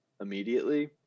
immediately